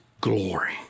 glory